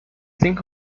think